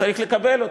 צריך לקבל אותו.